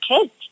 kids